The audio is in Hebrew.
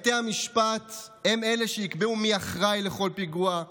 בתי המשפט הם שיקבעו מי אחראי לכל פיגוע,